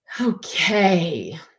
Okay